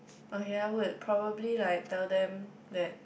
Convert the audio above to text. oh ya I would probably like tell them that